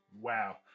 Wow